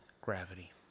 Gravity